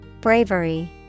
Bravery